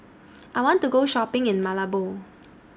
I want to Go Shopping in Malabo